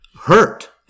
hurt